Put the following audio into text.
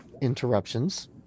interruptions